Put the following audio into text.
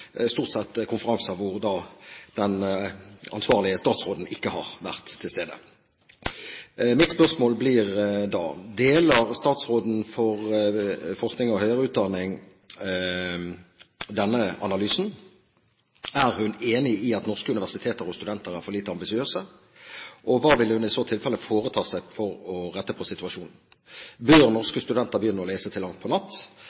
konferanser som den ansvarlige statsråden stort sett ikke har vært til stede på. Mitt spørsmål blir da: Deler statsråden for forskning og høyere utdanning denne analysen? Er hun enig i at norske universiteter og studenter er for lite ambisiøse? Hva vil hun i så tilfelle foreta seg for å rette på situasjonen? Bør norske studenter begynne å lese til langt på natt?